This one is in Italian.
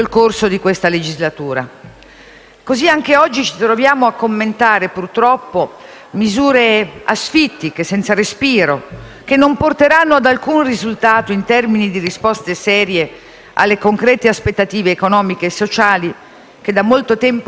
Così, anche oggi ci troviamo a commentare, purtroppo, misure asfittiche, senza respiro, che non porteranno ad alcun risultato in termini di risposte serie alle concrete aspettative economiche e sociali che da molto tempo ristagnano nel Paese.